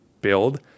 build